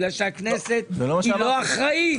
בגלל שהכנסת היא לא אחראית.